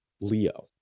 leo